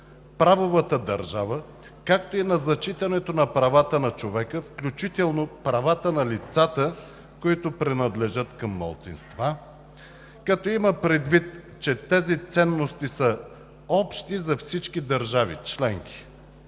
правовата държава, както и на зачитането на правата на човека, включително правата на лицата, които принадлежат към малцинства, като има предвид, че тези ценности са общи за всички държави членки,